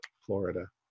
Florida